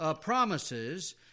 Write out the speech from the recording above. Promises